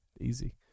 Easy